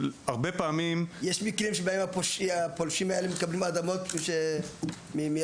יש מקרים כאלה בהם הפושעים מקבלים אדמות מרמ״י?